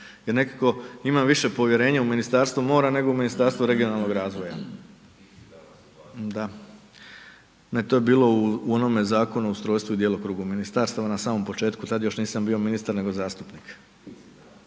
jer nekako imam više povjerenja u Ministarstvo mora nego u Ministarstvo regionalnog razvoja. …/Upadica sa strane, ne razumije se./… Ne, to je bio je u onome Zakonu o ustrojstvu i djelokrugu ministarstava na samom početku, tad još nisam bio ministar nego zastupnik.